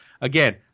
again